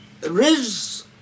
Riz